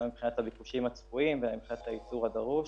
מבחינת הביקושים הצפויים ומבחינת הייצור הדרוש,